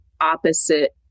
opposite